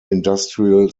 industrial